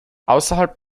außerhalb